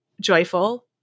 joyful